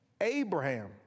Abraham